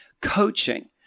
coaching